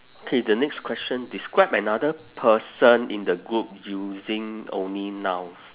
K the next question describe another person in the group using only nouns